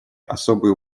особый